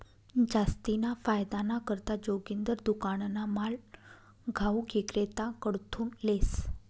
जास्तीना फायदाना करता जोगिंदर दुकानना माल घाऊक इक्रेताकडथून लेस